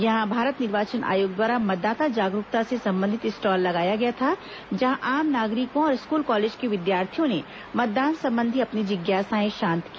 यहां भारत निर्वाचन आयोग द्वारा मतदाता जागरूकता से संबंधित स्टाल लगाया गया था जहां आम नागरिकों और स्कूल कॉलेज के विद्यार्थियों ने मतदान संबंधी अपनी जिज्ञासाएं शांत की